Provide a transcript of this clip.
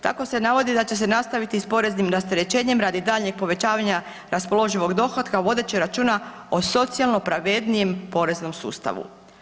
Tako se navodi da će se nastaviti s poreznim rasterećenjem radi daljnjeg povećavanja raspoloživog dohotka vodeći računa o socijalno pravednijem poreznom sustavu.